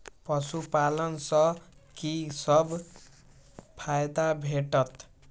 पशु पालन सँ कि सब फायदा भेटत?